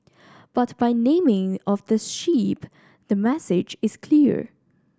but by the naming of this ship the message is clear